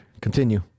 Continue